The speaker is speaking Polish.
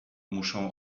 muszę